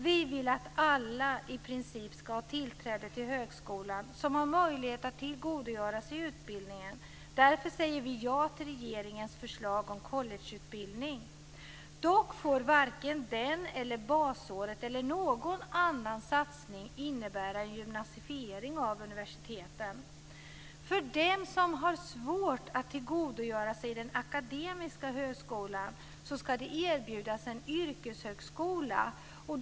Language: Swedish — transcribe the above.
Vi vill att alla i princip ska ha tillträde till högskolan som har möjlighet att tillgodogöra sig utbildningen. Därför säger vi ja till regeringens förslag om collegeutbildning. Dock får varken den eller basåret eller någon annan satsning innebära en gymnasifiering av universiteten. För dem som har svårt att tillgodogöra sig den akademiska högskolan ska en yrkeshögskola erbjudas.